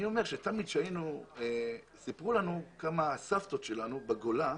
תמיד סיפרו לנו עד כמה הסבתות שלנו בגולה